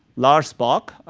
lars bak,